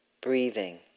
Breathing